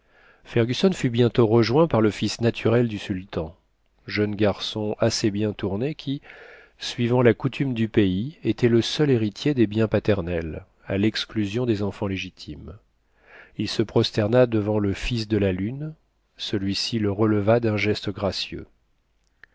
fergusson fut bientôt rejoint par le fils naturel du sultan jeune garçon assez bien tourné qui suivant la coutume du pays était le seul héritier des biens paternels à l'exclusion des enfants légitimes il se prosterna devant le fils de la lune celui-ci le releva d'un geste gracieux